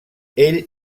ell